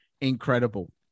incredible